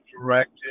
directed